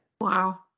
Wow